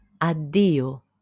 Addio